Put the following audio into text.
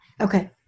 Okay